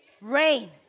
rain